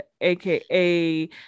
aka